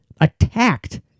attacked